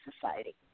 society